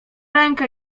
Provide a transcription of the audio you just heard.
rękę